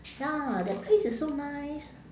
ya that place is so nice